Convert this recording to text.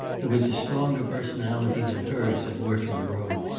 there was a stronger personality than hers at work in the room.